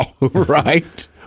Right